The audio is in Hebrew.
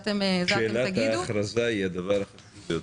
שאלת ההכרזה היא הדבר החשוב ביותר,